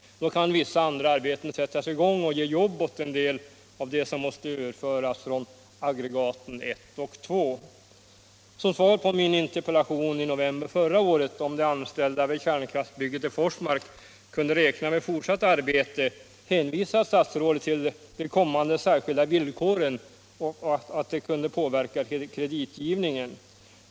Då kan vissa andra arbeten sättas i gång. Det kan ge jobb åt en del av dem som måste överföras från aggregaten 1 och 2. Som svar på min interpellation i november förra året, om de anställda vid kärnkraftsbygget i Forsmark kunde räkna med fortsatt arbete, hänvisade statsrådet till de kommande särskilda villkoren och sade att de kunde påverka kreditgivningen.